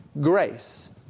grace